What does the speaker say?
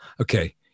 Okay